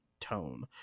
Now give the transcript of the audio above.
tone